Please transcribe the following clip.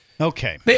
Okay